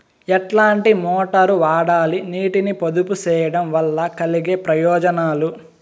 ఎట్లాంటి మోటారు వాడాలి, నీటిని పొదుపు సేయడం వల్ల కలిగే ప్రయోజనాలు?